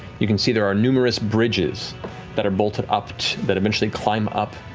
you can see there are numerous bridges that are bolted up that eventually climb up,